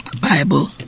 Bible